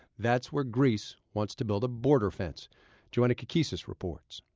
that's where greece wants to build a border fence joanna kakissis reports